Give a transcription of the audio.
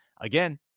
again